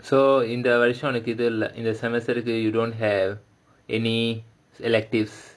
so in the வருஷம் எனக்கு இது இல்ல:varusham enakku idhu illa in the semester கு:ku you don't have any electives